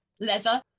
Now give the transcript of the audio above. leather